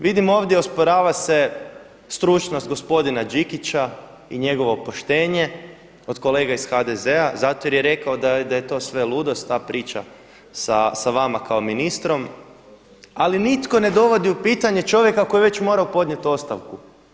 Vidim ovdje osporava se stručnost gospodina Đikića i njegovo poštenje od kolega iz HDZ-a zato jer je rekao da je to sve ludost ta priča sa vama kao ministrom, ali nitko ne dovodi u pitanje čovjeka koji je već morao podnijeti ostavku.